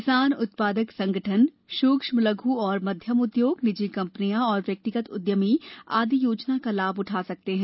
किसान उत्पादक संगठन सुक्ष्म लघ् और मध्यम उद्योग निजी कंपनियां और व्यक्तिगत उद्यमी आदि योजना का लाभ उठा सकते हैं